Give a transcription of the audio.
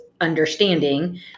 understanding